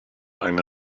eine